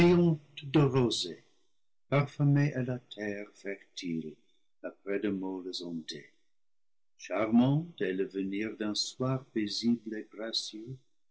est la terre fertile après de molles ondées charmant est le venir d'un soir pai sible et gracieux